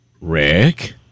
Rick